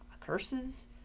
curses